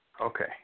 Okay